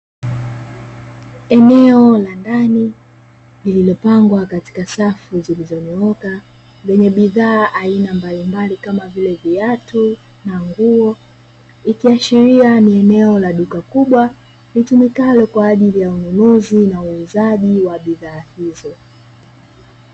Eneo la ndani lililopangwa katika safu zilizonyooka, lenye bidhaa za aina mbalimbali kama vile viatu na nguo, ikiashiria ni eneo la duka kubwa, litumikalo kwa ajili ya ununuzi na uuzaji wa bidhaa hizo.